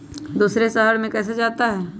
दूसरे शहर मे कैसे जाता?